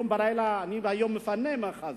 היום בלילה אני מפנה מאחז,